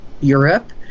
Europe